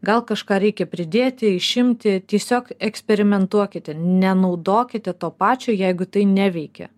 gal kažką reikia pridėti išimti tiesiog eksperimentuokite nenaudokite to pačio jeigu tai neveikia